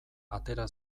atera